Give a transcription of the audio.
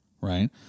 Right